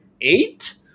eight